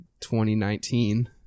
2019